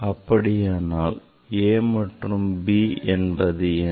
அப்படியானால் a மற்றும் b என்பது என்ன